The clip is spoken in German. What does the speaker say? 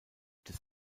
des